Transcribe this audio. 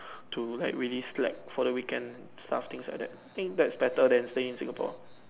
to like release slack for the weekend stuff things like that I think that's better than staying in Singapore